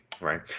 right